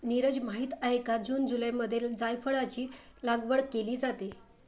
नीरज माहित आहे का जून जुलैमध्ये जायफळाची लागवड केली जाते